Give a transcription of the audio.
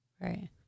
Right